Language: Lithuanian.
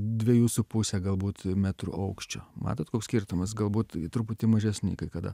dvejų su puse galbūt e metrų aukščio matot koks skirtumas galbūt truputį mažesni kai kada